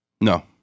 No